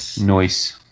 noise